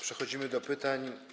Przechodzimy do pytań.